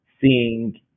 seeing